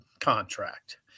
contract